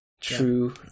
True